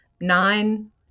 nine